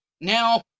now